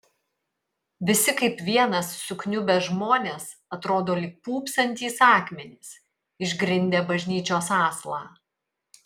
visi kaip vienas sukniubę žmonės atrodo lyg pūpsantys akmenys išgrindę bažnyčios aslą